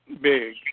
big